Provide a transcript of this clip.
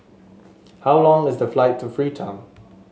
how long is the flight to Freetown